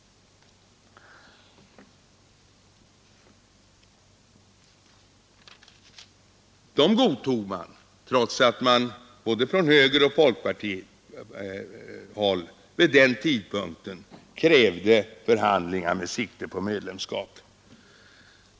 Man godtog dem, trots att man från både högerpartiet och folkpartiet vid den tidpunkten krävde förhandlingar med sikte på medlemskap.